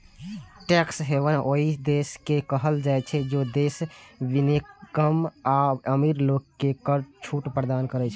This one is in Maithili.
टैक्स हेवन ओइ देश के कहल जाइ छै, जे विदेशी निगम आ अमीर लोग कें कर छूट प्रदान करै छै